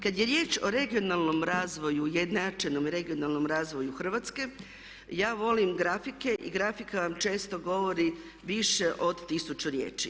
Kad je riječ o regionalnom razvoju, ujednačenom regionalnom razvoju Hrvatske ja volim grafike i grafika vam često govori više od 1000 riječi.